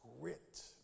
grit